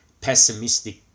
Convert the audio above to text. pessimistic